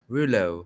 Rulo